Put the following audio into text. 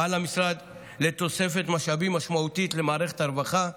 פעל המשרד לתוספת משאבים משמעותית למערכת הרווחה,